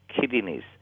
kidneys